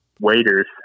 waiters